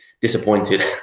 disappointed